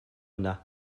yna